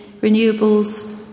renewables